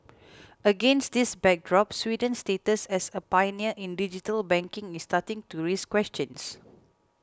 against this backdrop Sweden's status as a pioneer in digital banking is starting to raise questions